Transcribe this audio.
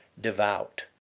devout